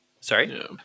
Sorry